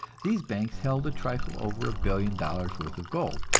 these banks held a trifle over a billion dollars' worth of gold,